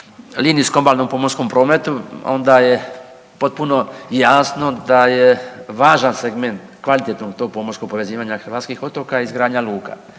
linijskom obalnom pomorskom prometu onda je potpuno jasno da je važan segment kvalitetnog tog pomorskog povezivanja hrvatskih otoka izgradnja luka.